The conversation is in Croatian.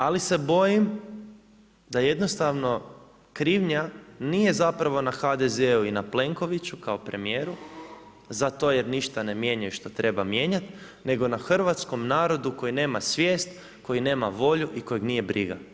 Ali se bojim da jednostavno krivnja nije zapravo na HDZ-u i na Plenkoviću kao premijeru zato jer ništa ne mijenjaju što treba mijenjati nego na hrvatskom narodu koji nema svijest, koji nema volju i kojeg nije briga.